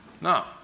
No